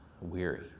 weary